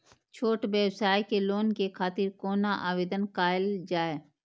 छोट व्यवसाय के लोन के खातिर कोना आवेदन कायल जाय?